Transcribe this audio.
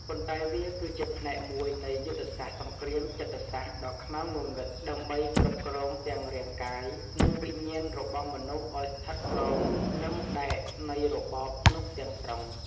ប៉ុន្តែវាគឺជាផ្នែកមួយនៃយុទ្ធសាស្ត្រសង្គ្រាមចិត្តសាស្ត្រដ៏ខ្មៅងងឹត ដើម្បីគ្រប់គ្រងទាំងរាងកាយ និងវិញ្ញាណរបស់មនុស្សឱ្យស្ថិតក្រោមនឹមដែកនៃរបបនោះទាំងស្រុង